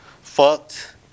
Fucked